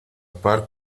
par